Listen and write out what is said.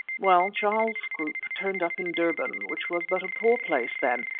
well, charles scroope turned up in durban, which was but a poor place then,